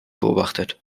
beobachtet